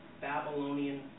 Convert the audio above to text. Babylonian